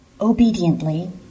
Obediently